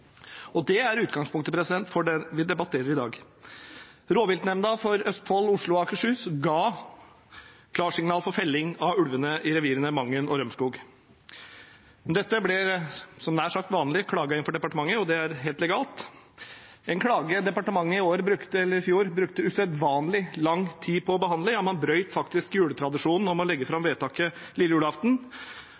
miljødepartementet. Det er utgangspunktet for det vi debatterer i dag. Rovviltnemnda for Østfold, Oslo og Akershus ga klarsignal for felling av ulvene i revirene Mangen og Rømskog. Dette ble – nær sagt som vanlig – klaget inn for departementet, og det er helt legalt. Den klagen brukte departementet i fjor usedvanlig lang tid på å behandle. Ja, man brøt faktisk tradisjonen med å legge fram vedtaket